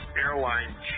Airline